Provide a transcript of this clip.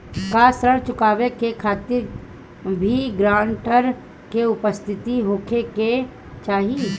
का ऋण चुकावे के खातिर भी ग्रानटर के उपस्थित होखे के चाही?